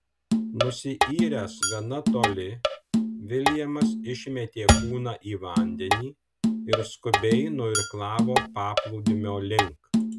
nusiyręs gana toli viljamas išmetė kūną į vandenį ir skubiai nuirklavo paplūdimio link